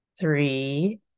three